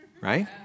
Right